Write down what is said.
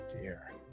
dear